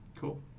Cool